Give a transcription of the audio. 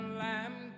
lamb